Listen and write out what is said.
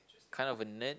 kind of a nerd